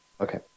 Okay